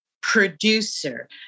producer